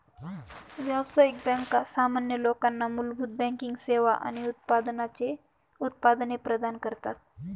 व्यावसायिक बँका सामान्य लोकांना मूलभूत बँकिंग सेवा आणि उत्पादने प्रदान करतात